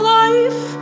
life